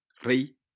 Rey